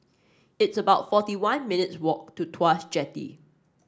it's about forty one minutes walk to Tuas Jetty